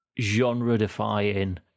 genre-defying